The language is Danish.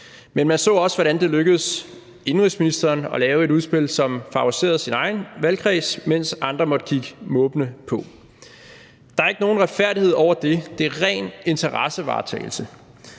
Men man så også, hvordan det lykkedes indenrigsministeren at lave et udspil, som favoriserede sin egen valgkreds, mens andre måtte kigge måbende på. Der er ikke nogen retfærdighed over det. Det er ren interessevaretagelse.